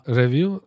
review